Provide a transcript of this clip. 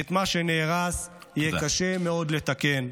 ואת מה שנהרס יהיה קשה מאוד לתקן.